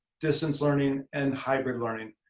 distance learning and hybrid learning.